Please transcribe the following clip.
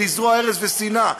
לזרוע הרס ושנאה.